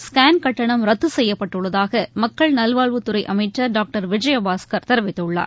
scan கட்டணம் ரத்து செய்யப்பட்டுள்ளதாக மக்கள் நல்வாழ்வுத்துறை அமைச்சர் டாக்டர் விஜயபாஸ்கர் தெரிவித்துள்ளார்